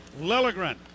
Lilligren